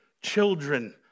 children